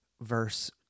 verse